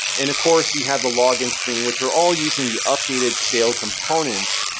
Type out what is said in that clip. and of course you have the login screen, which we're all using the updated sail components.